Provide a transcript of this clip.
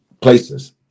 places